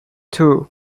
two